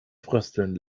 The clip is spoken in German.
frösteln